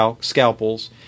scalpels